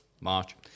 March